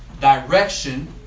direction